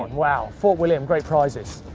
wow. fort william, great prizes.